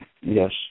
Yes